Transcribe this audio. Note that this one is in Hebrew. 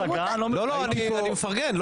אני מפרגן.